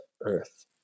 earth